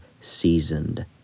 seasoned